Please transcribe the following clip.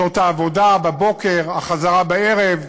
שעות העבודה בבוקר, החזרה בערב,